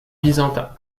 byzantins